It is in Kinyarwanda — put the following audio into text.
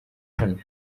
hano